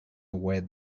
wait